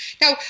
Now